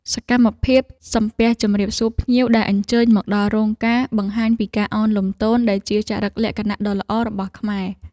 សកម្មភាពសំពះជម្រាបសួរភ្ញៀវដែលអញ្ជើញមកដល់រោងការ បង្ហាញពីការអោនលំទោនដែលជាចរិតលក្ខណៈដ៏ល្អរបស់ខ្មែរ។